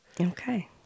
Okay